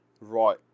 Right